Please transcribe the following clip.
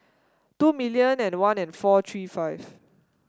two million and one and four three five